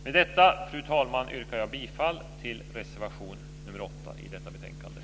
Med detta, fru talman, yrkar jag bifall till reservation nr 8 i betänkandet.